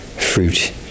fruit